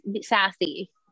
sassy